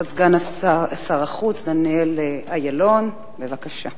סגן שר החוץ דניאל אילון, בבקשה.